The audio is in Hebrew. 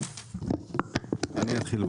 אני אתחיל.